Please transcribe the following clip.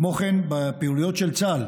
כמו כן, בפעילויות של צה"ל